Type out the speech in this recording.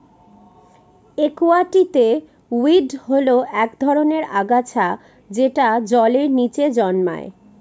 একুয়াটিকে উইড হল এক ধরনের আগাছা যেটা জলের নীচে জন্মায়